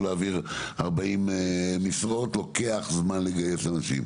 להביא 40 משרות ולוקח זמן לגייס אנשים.